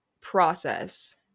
process